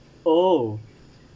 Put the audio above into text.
oh